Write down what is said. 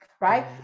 Right